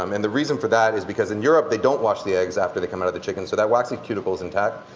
um and the reason for that is because in europe they don't wash the eggs after they come out of the chicken so that waxy cuticle is intact.